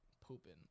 pooping